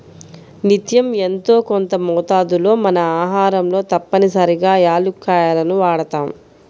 నిత్యం యెంతో కొంత మోతాదులో మన ఆహారంలో తప్పనిసరిగా యాలుక్కాయాలను వాడతాం